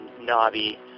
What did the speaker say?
knobby